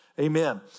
Amen